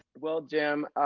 well, jim,